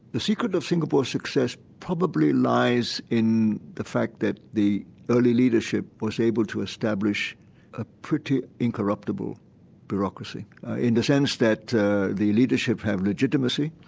the secret of singapore's success probably lies in the fact that the early leadership was able to establish a pretty incorruptible bureaucracy, in the sense that the leadership had legitimacy,